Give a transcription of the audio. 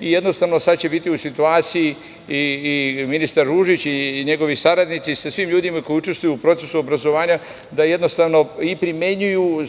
jednostavno sada biti u situaciji i ministar Ružić i njegovi saradnici, zajedno sa svim ljudima koji učestvuju u procesu obrazovanja, da jednostavno i primenjuju